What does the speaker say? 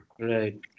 Right